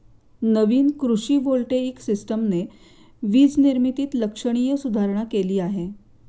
नवीन कृषी व्होल्टेइक सिस्टमने वीज निर्मितीत लक्षणीय सुधारणा केली आहे